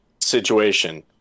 situation